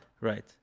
Right